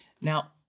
Now